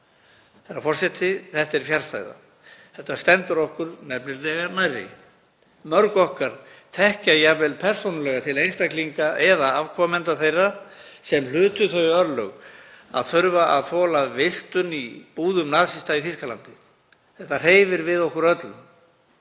Herra forseti. Þetta er fjarstæða. Þetta stendur okkur nefnilega nærri. Mörg okkar þekkja jafnvel persónulega til einstaklinga eða afkomenda þeirra sem hlutu þau örlög að þurfa að þola vistun í búðum nasista í Þýskalandi. Þetta hreyfir við okkur öllum.